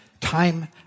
time